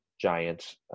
giant